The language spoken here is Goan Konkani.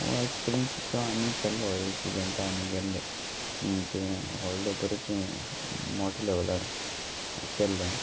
हो ऍक्सपिरियन्स जो आमी केल्लो एक इवँट आमी गेल्ले म्हणजे व्हडले बरेशे मोट्या लॅवलार केल्लें